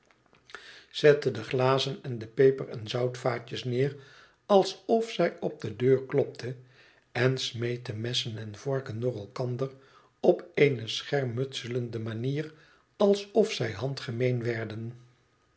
zette de glazen en de peper en zoutvaatjes neer alsof zij op de deur klopte en smeet de messen en vorken door elkander op eene schermutselende manier alsof zij handgemeen werden